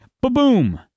Ba-boom